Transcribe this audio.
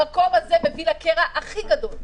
המקום הזה מביא לקרע הכי גדול.